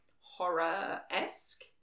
horror-esque